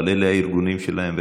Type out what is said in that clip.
אבל אלה הארגונים שלהם,